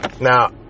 Now